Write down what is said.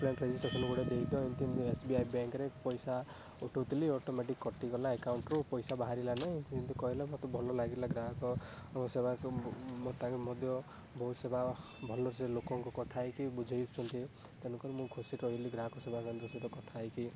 complain registration ଗୋଟେ ଦେଇଦିଅ ଏମିତି ଏମିତି ଏସ ବି ଆଇ ବ୍ୟାଙ୍କ ରେ ପଇସା ଉଠଉଥିଲି ଅଟୋମେଟିକ କଟିଗଲା ଆକାଉଣ୍ଟ ରୁ ପଇସା ବାହାରିଲାନି ଏମିତି କହିଲା ମତେ ଭଲ ଲାଗିଲା ଗ୍ରାହକ ଙ୍କ ସେବାକୁ ମୋତେ ଆଗେ ମଧ୍ୟ ବହୁତ୍ ସେବା ଭଲସେ ଲୋକଙ୍କୁ କଥା ହେଇକି ବୁଝାଇଛନ୍ତି ତେଣୁକରି ମୁଁ ଖୁସି ରେ ରହିଲି ଗ୍ରାହକ ସେବା ସହ କଥା ହେଇକି